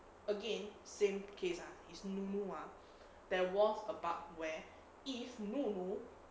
again same case ah is nunu ah there was a bug where if nunu